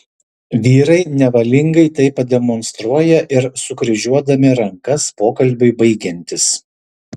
vyrai nevalingai tai pademonstruoja ir sukryžiuodami rankas pokalbiui baigiantis